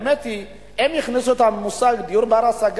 האמת היא שהם הכניסו את המושג "דיור בר-השגה",